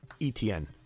ETN